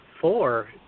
four